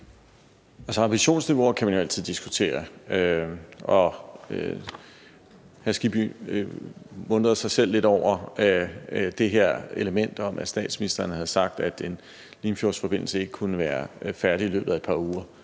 Ambitionsniveauer kan man jo altid diskutere. Hr. Hans Kristian Skibby undrede sig selv lidt over det her med, at statsministeren havde sagt, at en Limfjordsforbindelse ikke kunne være færdig i løbet af et par uger.